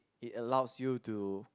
it allows you to